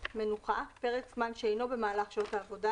"מנוחה" פרק זמן שאינו במהלך שעות העבודה